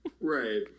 Right